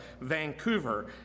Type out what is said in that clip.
Vancouver